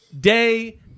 day